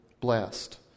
blessed